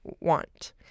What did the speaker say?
want